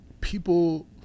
people